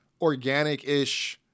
organic-ish –